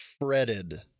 fretted